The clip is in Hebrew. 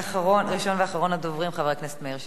ראשון ואחרון הדוברים, חבר הכנסת מאיר שטרית.